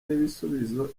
n’ibisubizo